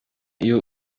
iyo